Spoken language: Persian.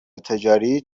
تجاری